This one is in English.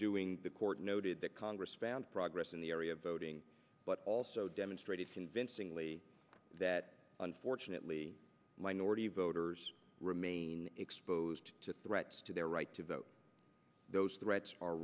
doing the court noted that congress found progress in the area of voting but also demonstrated convincingly that unfortunately minority voters remain exposed to threats to their right to vote those threats are